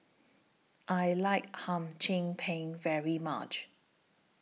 I like Hum Chim Peng very much